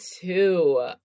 two